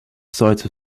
site